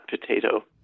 potato